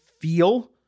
feel